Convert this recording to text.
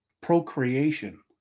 Procreation